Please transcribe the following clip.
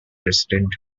resident